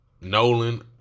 Nolan